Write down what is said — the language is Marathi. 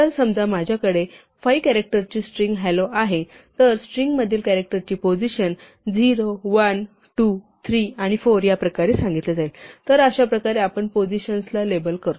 तर समजा माझ्याकडे 5 कॅरॅक्टरची स्ट्रिंग hello आहे तर स्ट्रिंगमधील कॅरॅक्टर ची पोझिशन 0 1 2 3 आणि 4 या प्रकारे सांगितली जाईल तर अशा प्रकारे आपण पोझिशन्सला लेबल करतो